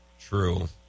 True